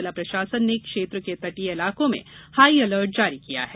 जिला प्रशासन ने क्षेत्र के तटीय इलाकों में हाई अलर्ट जारी किया है